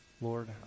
Lord